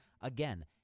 Again